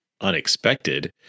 unexpected